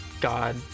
god